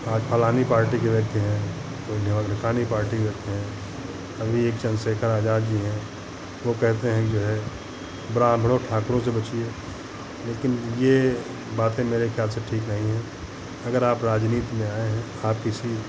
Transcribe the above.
आप फलानी पार्टी के व्यक्ति हैं जो है ठिकानी पार्टी के व्यक्ति हैं अभी एक चन्द्रशेखर आज़ाद जी हैं वो कहते हैं जो है ब्राह्मणों ठाकुरों से बचिए लेकिन ये बातें मेरे ख्याल से ठीक नहीं हैं अगर आप राजनीति में आए हैं आप किसी